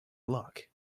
luck